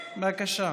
בבקשה,